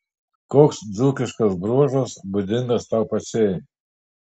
koks dzūkiškas bruožas būdingas tau pačiai